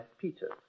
Peter